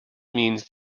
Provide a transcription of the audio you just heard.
means